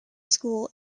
school